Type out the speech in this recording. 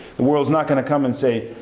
the world is not going to come and say,